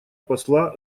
посла